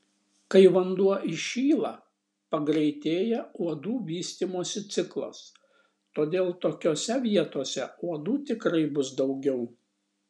kai vanduo įšyla pagreitėja uodų vystymosi ciklas todėl tokiose vietose uodų tikrai bus daugiau